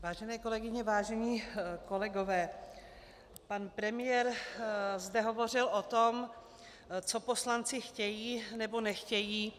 Vážené kolegyně, vážení kolegové, pan premiér zde hovořil o tom, co poslanci chtějí, nebo nechtějí.